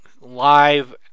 live